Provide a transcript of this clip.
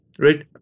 Right